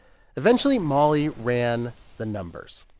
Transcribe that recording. eventually, molly ran the numbers.